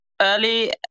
early